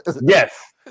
Yes